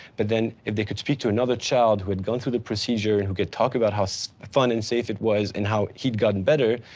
but then if they could speak to another child who had gone through the procedure, and who could talk about how so fun and safe it was and how he'd gotten better,